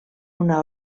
una